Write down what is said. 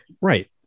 Right